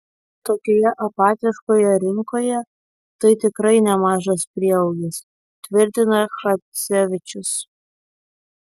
tokioje apatiškoje rinkoje tai tikrai nemažas prieaugis tvirtina chadzevičius